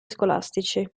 scolastici